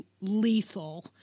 lethal